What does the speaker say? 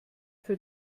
für